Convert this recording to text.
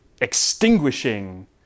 extinguishing